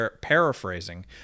paraphrasing